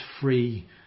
free